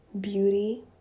beauty